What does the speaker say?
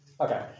Okay